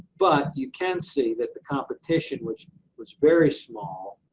but you can see that the competition which was very small,